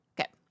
Okay